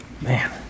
Man